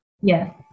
Yes